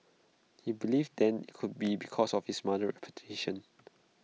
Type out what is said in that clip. he believed then IT could be because of his mother's